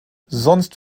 sonst